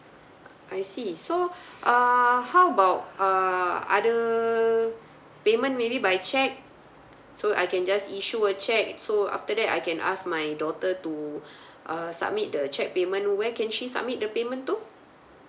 I see so err how about err other payment maybe by cheque so I can just issue a cheque so after that I can ask my daughter to uh submit the cheque payment where can she submit the payment to